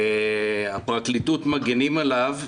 הפרקליטות מגינה עליו.